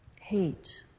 hate